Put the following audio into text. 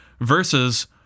versus